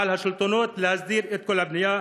ועל השלטונות להסדיר את כל הבנייה.